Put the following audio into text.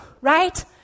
right